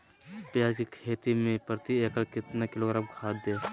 प्याज की खेती में प्रति एकड़ कितना किलोग्राम खाद दे?